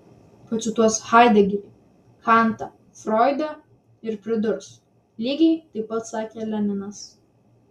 pacituos haidegerį kantą froidą ir pridurs lygiai taip pat sakė leninas